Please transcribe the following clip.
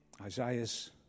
Isaiah's